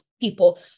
people